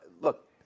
look